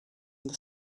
the